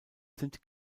sind